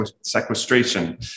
sequestration